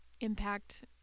impact